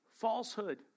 falsehood